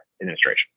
administration